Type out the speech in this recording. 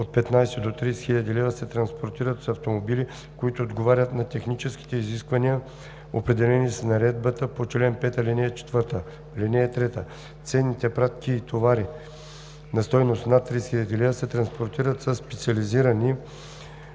от 15 000 до 30 000 лв. се транспортират с автомобили, които отговарят на техническите изисквания, определени с наредбата по чл. 5, ал. 4. (3) Ценните пратки и товари на стойност над 30 000 лв. се транспортират със специализирани